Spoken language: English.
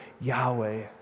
Yahweh